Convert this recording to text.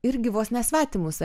irgi vos ne svetimus